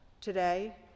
Today